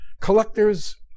Collectors